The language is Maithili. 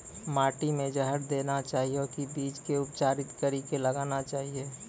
माटी मे जहर देना चाहिए की बीज के उपचारित कड़ी के लगाना चाहिए?